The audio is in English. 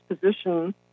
position